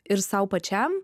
ir sau pačiam